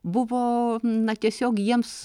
buvo na tiesiog jiems